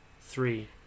three